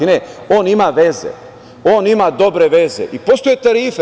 Ne, on ima veze, on ima dobre veze i postoje tarife.